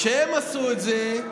כשהם עשו את זה,